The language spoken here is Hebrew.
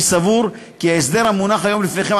אני סבור כי ההסדר המונח היום לפניכם,